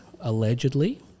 allegedly